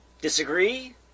disagree